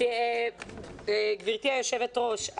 גברתי היושבת-ראש,